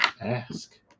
ask